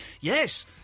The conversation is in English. Yes